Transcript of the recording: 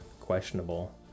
questionable